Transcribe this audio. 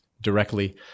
directly